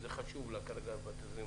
אז באים לקראתה.